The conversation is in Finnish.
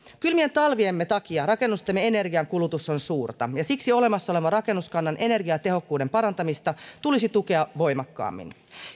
kylmien talviemme takia rakennustemme energiankulutus on suurta ja siksi olemassa olevan rakennuskannan energiatehokkuuden parantamista tulisi tukea voimakkaammin